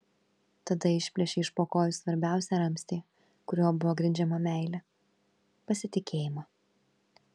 tada išplėšei iš po kojų svarbiausią ramstį kuriuo buvo grindžiama meilė pasitikėjimą